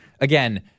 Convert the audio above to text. again